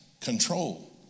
control